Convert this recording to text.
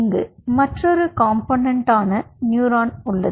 இங்கு மற்றொரு காம்போனெண்டான நியூரான் உள்ளது